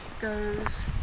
goes